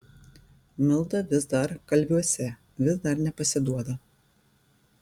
milda vis dar kalviuose vis dar nepasiduoda